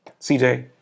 CJ